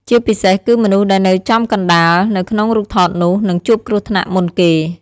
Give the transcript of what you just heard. ជាពិសេសគឺមនុស្សដែលនៅចំកណ្តាលនៅក្នុងរូបថតនោះ នឹងជួបគ្រោះថ្នាក់មុនគេ។